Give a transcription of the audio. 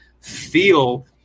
feel